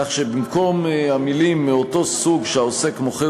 כך שבמקום המילים "מאותו סוג שהעוסק מוכר